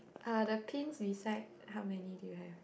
uh the pins beside how many do you have